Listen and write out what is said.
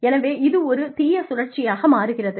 எனவே இது ஒரு தீய சுழற்சியாக மாறுகிறது